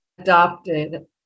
adopted